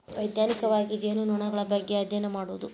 ವೈಜ್ಞಾನಿಕವಾಗಿ ಜೇನುನೊಣಗಳ ಬಗ್ಗೆ ಅದ್ಯಯನ ಮಾಡುದು